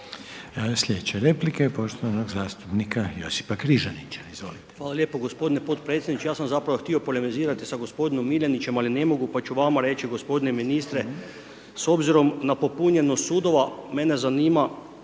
slijedeće replike, poštovanog zastupnika Josipa Križanića, izvolite. **Križanić, Josip (HDZ)** Hvala lijepo gospodine podpredsjedniče ja sam zapravo htio polemizirati sa gospodinom Miljenićem ali ne mogu, pa ću vama reći gospodine ministre, s obzirom na popunjenost sudova mene zanima